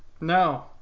No